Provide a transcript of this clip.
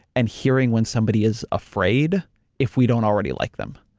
and hearing when somebody is afraid if we don't already like them.